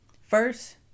First